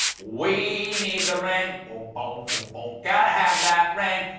we need the ring but but but got to have that ring